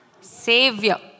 Savior